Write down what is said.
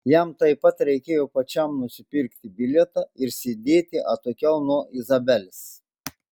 jam taip pat reikėjo pačiam nusipirkti bilietą ir sėdėti atokiau nuo izabelės